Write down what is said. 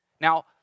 Now